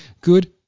good